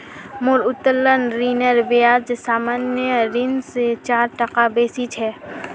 मोर उत्तोलन ऋनेर ब्याज सामान्य ऋण स चार टका अधिक छ